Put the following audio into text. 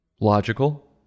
Logical